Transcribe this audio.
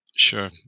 Sure